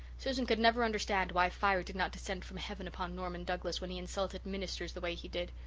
susan could never understand why fire did not descend from heaven upon norman douglas when he insulted ministers the way he did.